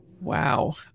wow